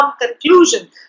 conclusion